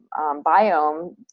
biome